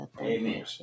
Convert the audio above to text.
Amen